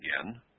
again